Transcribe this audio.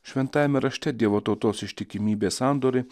šventajame rašte dievo tautos ištikimybės sandoriai